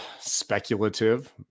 speculative